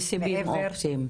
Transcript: וסיבים אופטיים.